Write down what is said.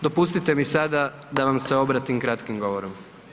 Dopustite mi sada da vam se obratim kratkim govorom.